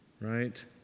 Right